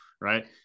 right